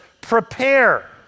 prepare